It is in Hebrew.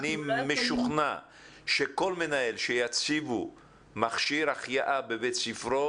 אני משוכנע שכל מנהל שיציבו מכשיר החייאה בבית ספרו,